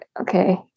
okay